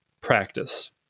practice